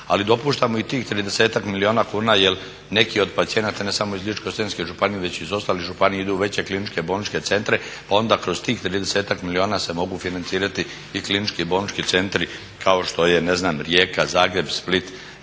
Ali dopuštamo i tih 30-ak milijuna kuna jer neki od pacijenata ne samo iz Ličko-senjske županije već i iz ostalih županija idu u veće kliničke bolničke centre pa onda kroz tih 30-ak milijuna se mogu financirati i klinički bolnički centri kao što je ne znam Rijeka, Zagreb, Split